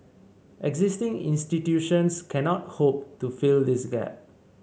existing institutions cannot hope to fill this gap